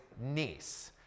niece